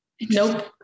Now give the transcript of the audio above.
nope